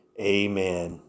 amen